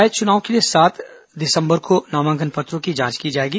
निकाय चुनाव के लिए सात दिसंबर को नामांकन पत्रों की जांच की जाएगी